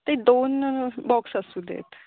ते दोन बॉक्स असू देत